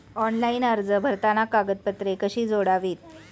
Online अर्ज भरताना कागदपत्रे कशी जोडावीत?